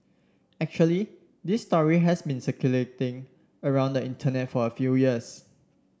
actually this story has been circulating around the Internet for a few years